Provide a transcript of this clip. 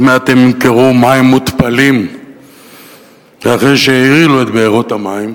מעט הם ימכרו מים מותפלים אחרי שהרעילו את בארות המים,